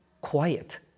quiet